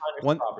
one